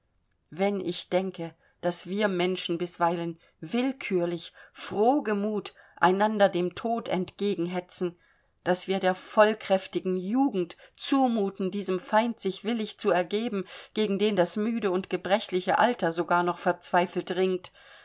wenn ich denke daß wir menschen bisweilen willkürlich frohgemut einander dem tod entgegenhetzen daß wir der vollkräftigen jugend zumuten diesem feind sich willig zu ergeben gegen den das müde und gebrechliche alter sogar noch verzweifelt ringt